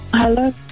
Hello